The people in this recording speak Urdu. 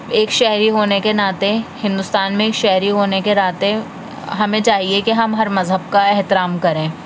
ایک شہری ہونے کے ناطے ہندوستان میں ایک شہری ہونے کے ناطے ہمیں چاہیے کہ ہم ہر مذہب کا احترام کریں